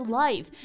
life